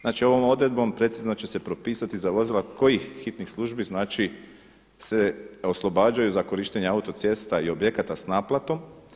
Znači ovom odredbom precizno će se propisati za vozila kojih hitnih službi znači se oslobađaju za korištenja autocesta i objekata s naplatom.